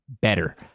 better